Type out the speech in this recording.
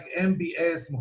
MBS